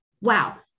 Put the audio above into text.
wow